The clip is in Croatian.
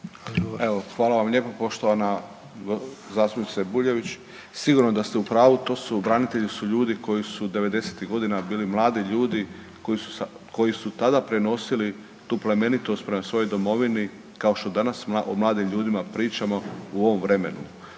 hvala vam lijepo poštovana zastupnice Bujević, sigurno da ste u pravu, to su branitelji su ljudi koji su '90.-tih godina bili mladi ljudi koji su tada prenosili tu plemenitost prema svojoj domovini kao što danas o mladim ljudima pričamo u ovom vremenu.